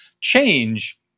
change